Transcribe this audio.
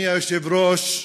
אדוני היושב-ראש,